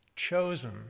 chosen